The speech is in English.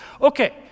Okay